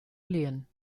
lehen